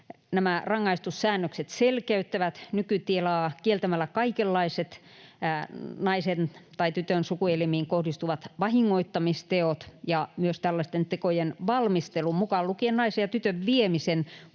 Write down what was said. Nämä rangaistussäännökset selkeyttävät nykytilaa kieltämällä kaikenlaiset naisen tai tytön sukuelimiin kohdistuvat vahingoittamisteot ja myös tällaisten tekojen valmistelun mukaan lukien naisen ja tytön viemisen